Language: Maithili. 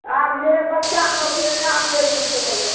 आबिए बच्चासभ लेने आबिए